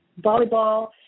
volleyball